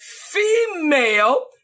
female